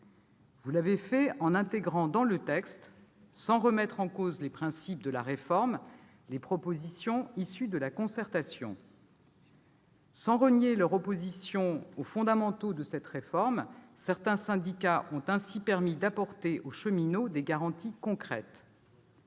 Vous l'avez fait en intégrant dans le texte, sans remettre en cause les principes de la réforme, les propositions issues de la concertation. Sans renier leur opposition aux fondamentaux de cette réforme, certains syndicats ont ainsi permis d'apporter aux cheminots des garanties concrètes